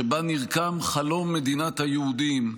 שבה נרקם חלום מדינת היהודים,